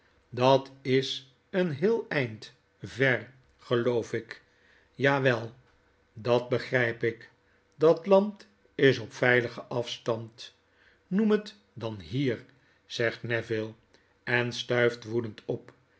dat is een heel eind ver geloof ik jawel dat begrijp ik dat land is op veiligen afstand noem het dan hier zegt neville en stuift woedend op